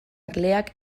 erleak